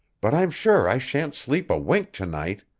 but i'm sure i shan't sleep a wink tonight.